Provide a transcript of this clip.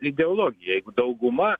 ideologija jeigu dauguma